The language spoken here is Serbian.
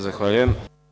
Zahvaljujem.